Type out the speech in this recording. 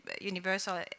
universal